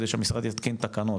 כדי שהמשרד יתקין תקנות,